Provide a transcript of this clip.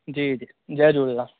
जी जी जय झूलेलाल